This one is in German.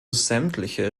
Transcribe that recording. sämtliche